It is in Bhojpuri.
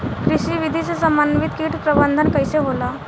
कृषि विधि से समन्वित कीट प्रबंधन कइसे होला?